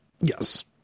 yes